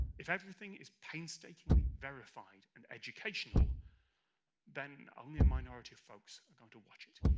if everything is painstakingly verified, and educational then only a minority of folks are going to watch it.